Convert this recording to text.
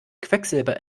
quecksilber